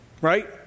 Right